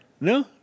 No